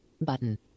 Button